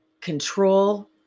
control